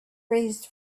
raised